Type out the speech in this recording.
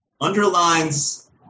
underlines